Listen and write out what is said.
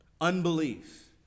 unbelief